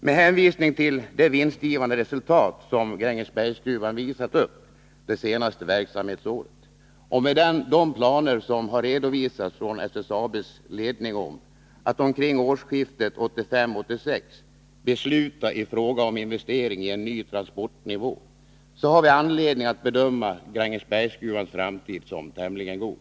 Med hänvisning till de vinstgivande resultat som Grängesbergsgruvan visat upp det senaste året och med de planer som redovisats från SSAB-ledningen, att fr.o.m. årsskiftet 1985-1986 besluta om investering i en ny transportnivå har vi anledning att bedöma Grängesbergsgruvans framtid som tämligen god.